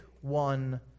one